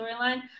storyline